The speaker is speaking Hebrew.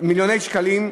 מיליוני שקלים,